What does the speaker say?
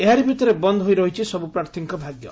ଏହାରି ଭିତରେ ବନ୍ଦ ହୋଇ ରହିଛି ସବୁ ପ୍ରାର୍ଥୀଙ୍କ ଭାଗ୍ୟ